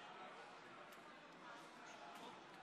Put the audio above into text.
18:14 ונתחדשה בשעה 18:45.) חברי הכנסת, נא לשבת.